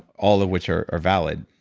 all of which are are valid.